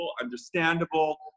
understandable